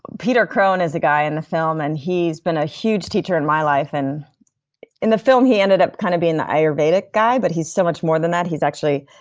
peter crone is a guy in the film and he's been a huge teacher in my life, and in the film he ended up kind of being the ayurveda guy but he's so much more than that. he's actually.